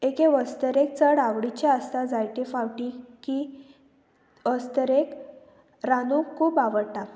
एके वस्तरेक चड आवडीचे आसता जायते फावटी की अस्तरेक रांदूंक खूब आवडटा